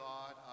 God